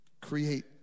Create